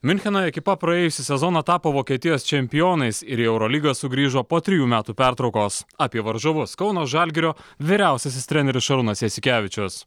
miuncheno ekipa praėjusį sezoną tapo vokietijos čempionais ir į eurolygą sugrįžo po trijų metų pertraukos apie varžovus kauno žalgirio vyriausiasis treneris šarūnas jasikevičius